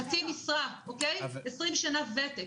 על חצי משרה עם 20 שנות ותק.